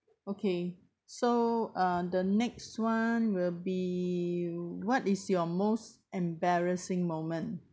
okay so uh the next one will be what is your most embarrassing moment